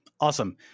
Awesome